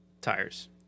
Tires